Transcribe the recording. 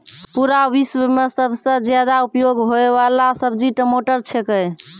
पूरा विश्व मॅ सबसॅ ज्यादा उपयोग होयवाला सब्जी टमाटर छेकै